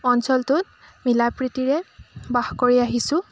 অঞ্চলটোত মিলাপ্ৰীতিৰে বাস কৰি আহিছোঁ